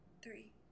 Three